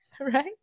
right